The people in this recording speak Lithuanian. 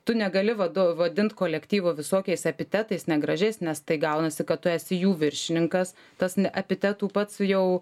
tu negali vado vadint kolektyvo visokiais epitetais negražiais nes tai gaunasi kad tu esi jų viršininkas tas n epitetų pats jau